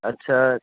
आत्चा